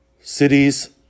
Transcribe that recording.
Cities